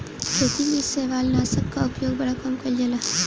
खेती में शैवालनाशक कअ उपयोग बड़ा कम कइल जाला